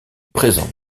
présente